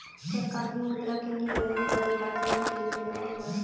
क्या कागजी मुद्रा के निर्गमन का अधिकार केवल केंद्रीय बैंक को है?